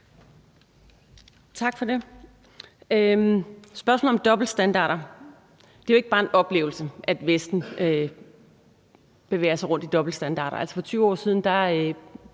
I forhold til spørgsmålet om dobbeltstandarder: Det er jo ikke bare en oplevelse, at Vesten bevæger sig rundt i dobbeltstandarder. Altså, for 20 år siden